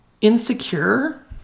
insecure